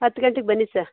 ಹತ್ತು ಗಂಟೆಗೆ ಬನ್ನಿ ಸ